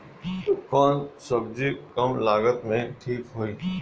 कौन सबजी कम लागत मे ठिक होई?